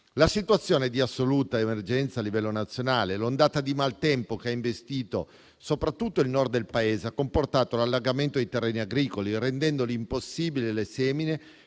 La situazione è di assoluta emergenza a livello nazionale. L'ondata di maltempo che ha investito soprattutto il Nord del Paese ha comportato l'allagamento dei terreni agricoli, rendendo impossibili le semine